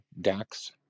Dax